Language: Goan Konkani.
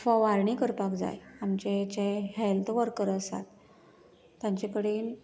फव्वारणी करपाक जाय आमचे हेचे हॅल्थ वर्कर आसात तेंचे कडेन